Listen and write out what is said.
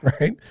right